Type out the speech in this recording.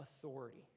Authority